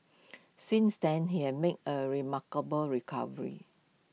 since then he had made A remarkable recovery